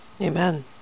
Amen